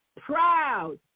proud